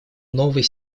новый